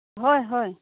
হয় হয়